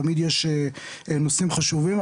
תמיד יש נושאים חשובים,